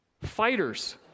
fighters